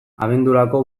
abendurako